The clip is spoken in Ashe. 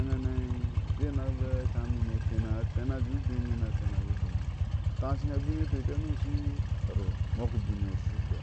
In ceŋ hane a geinat be a kami ni o otena atena je u demi ni a tenna je u demi a teshihe a bine ete ke ni ushi utari umɔko u bine ino u shu kpea